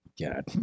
God